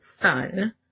son